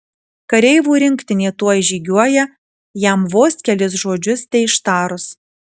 kareivų rinktinė tuoj žygiuoja jam vos kelis žodžius teištarus